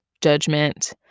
judgment